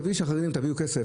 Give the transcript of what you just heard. תביאו כסף,